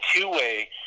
two-way